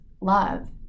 love